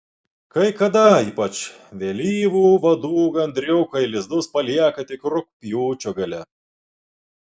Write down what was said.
kai kada ypač vėlyvų vadų gandriukai lizdus palieka tik rugpjūčio gale